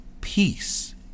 peace